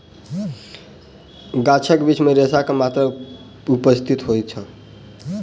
गाछक बीज मे रेशा के मात्रा उपस्थित होइत अछि